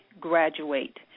graduate